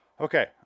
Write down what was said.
Okay